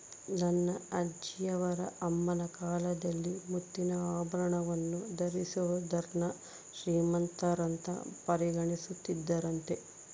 ನನ್ನ ಅಜ್ಜಿಯವರ ಅಮ್ಮನ ಕಾಲದಲ್ಲಿ ಮುತ್ತಿನ ಆಭರಣವನ್ನು ಧರಿಸಿದೋರ್ನ ಶ್ರೀಮಂತರಂತ ಪರಿಗಣಿಸುತ್ತಿದ್ದರಂತೆ